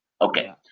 Okay